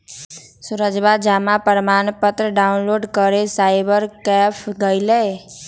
सूरजवा जमा प्रमाण पत्र डाउनलोड करे साइबर कैफे गैलय